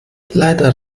leider